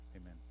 Amen